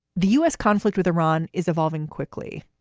the u s. conflict with iran is evolving quickly.